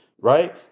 right